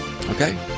Okay